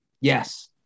Yes